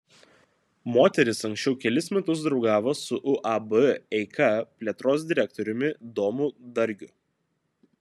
moteris anksčiau kelis metus draugavo su uab eika plėtros direktoriumi domu dargiu